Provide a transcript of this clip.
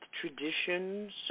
traditions